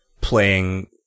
playing